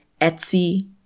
Etsy